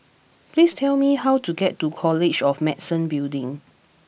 please tell me how to get to College of Medicine Building